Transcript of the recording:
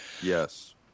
yes